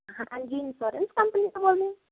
ਹਾਂਜੀ insurance company ਤੋਂ ਬੋਲਦੇ ਹੋ